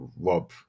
Rob